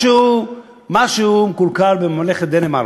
משהו מקולקל בממלכת דנמרק,